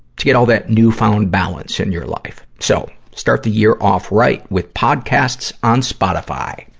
to get all that new-found balance in your life. so, start the year off right with podcasts on spotify.